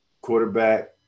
quarterback